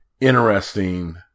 interesting